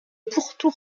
pourtour